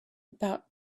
about